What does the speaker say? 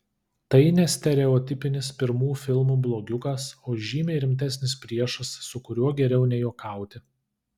tai ne stereotipinis pirmų filmų blogiukas o žymiai rimtesnis priešas su kuriuo geriau nejuokauti